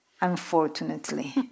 unfortunately